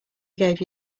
gave